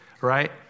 right